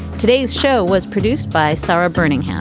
today's show was produced by sara berninger.